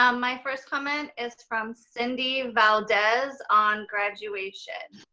um my first comment is from cindy valdes on graduation.